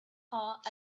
heart